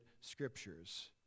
scriptures